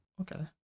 Okay